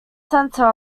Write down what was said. centre